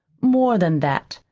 more than that,